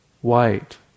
white